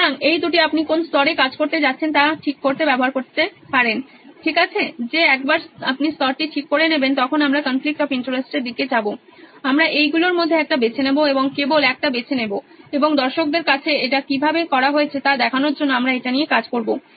সুতরাং এই দুটি আপনি কোন স্তরে কাজ করতে যাচ্ছেন তা ঠিক করতে ব্যবহার করতে পারেন ঠিক আছে যে একবার আপনি স্তরটি ঠিক করে নেবেন তখন আমরা কনফ্লিকট অফ ইন্টারেস্টের দিকে যাব আমরা এইগুলোর মধ্যে একটা বেছে নেব এবং কেবল একটা বেছে নেব এবং দর্শকদের কাছে এটা কীভাবে করা হয়েছে তা দেখানোর জন্য আমরা এটা নিয়ে কাজ করবো